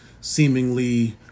seemingly